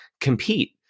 compete